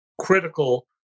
critical